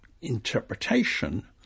interpretation